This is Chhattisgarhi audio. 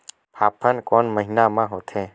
फाफण कोन महीना म होथे?